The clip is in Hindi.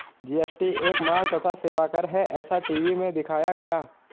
जी.एस.टी एक माल तथा सेवा कर है ऐसा टी.वी में दिखाया गया